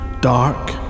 Dark